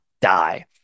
die